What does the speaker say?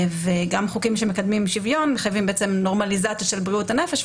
וגם חוקים שמקדמים שוויון מחייבים נורמליזציה של בריאות הנפש,